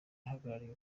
ahagarariye